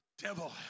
devil